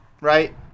Right